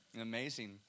amazing